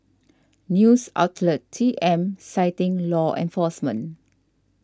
news outlet T M citing law enforcement